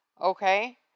Okay